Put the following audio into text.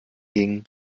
gingen